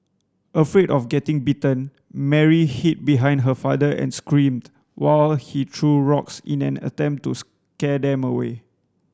afraid of getting bitten Mary hid behind her father and screamed while he threw rocks in an attempt to scare them away